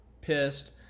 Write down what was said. pissed